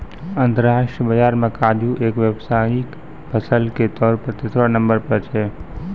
अंतरराष्ट्रीय बाजार मॅ काजू एक व्यावसायिक फसल के तौर पर तेसरो नंबर पर छै